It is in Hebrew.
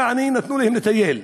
יעני, נתנו להם לטייל.